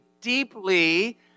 deeply